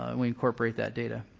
ah we incorporate that data.